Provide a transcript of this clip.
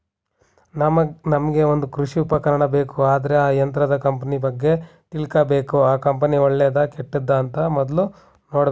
ನಮ್ಗೆ ಒಂದ್ ಕೃಷಿ ಉಪಕರಣ ಬೇಕು ಅಂದ್ರೆ ಆ ಯಂತ್ರದ ಕಂಪನಿ ಬಗ್ಗೆ ತಿಳ್ಕಬೇಕು ಆ ಕಂಪನಿ ಒಳ್ಳೆದಾ ಕೆಟ್ಟುದ ಅಂತ ಮೊದ್ಲು ನೋಡ್ಬೇಕು